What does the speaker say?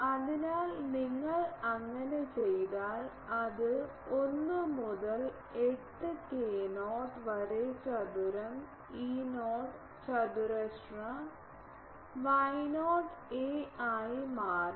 അതിനാൽ നിങ്ങൾ അങ്ങനെ ചെയ്താൽ അത് 1 മുതൽ 8 k0 വരെ ചതുര E0 ചതുരശ്ര Y0 a ആയി മാറും